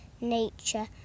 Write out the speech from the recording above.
nature